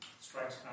strikes